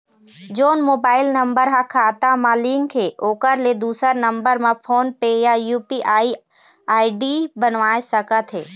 जोन mobile number हा खाता मा लिन्क हे ओकर ले दुसर नंबर मा फोन पे या यू.पी.आई आई.डी बनवाए सका थे?